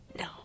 No